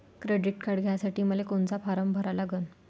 Credit card घ्यासाठी मले कोनचा फारम भरा लागन?